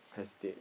hesitate